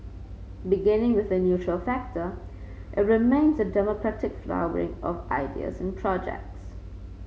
beginning with a neutral facilitator it remains a democratic flowering of ideas and projects